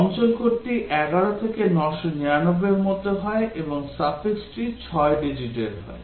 অঞ্চল কোডটি 11 থেকে 999 এর মধ্যে হয় এবং suffixটি 6 ডিজিটের হয়